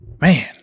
Man